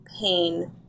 pain